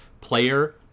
player